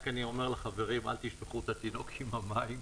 אומר לחברים: אל תשפכו את התינוק עם המים.